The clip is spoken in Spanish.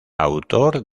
autor